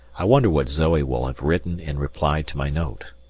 i wonder what zoe will have written in reply to my note.